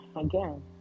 again